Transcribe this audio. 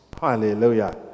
Hallelujah